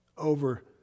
over